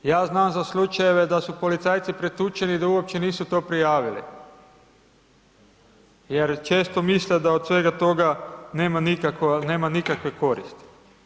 Ja znam za slučajeve da su policajci pretučeni, da uopće nisu to prijavili jer često misle da svega toga nema nikakve koristi.